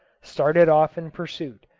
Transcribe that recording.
started off in pursuit,